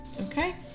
Okay